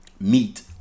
meat